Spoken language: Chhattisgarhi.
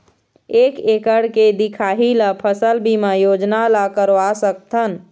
एक एकड़ के दिखाही ला फसल बीमा योजना ला करवा सकथन?